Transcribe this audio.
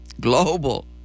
global